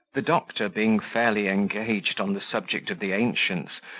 the doctor being fairly engaged on the subject of the ancients,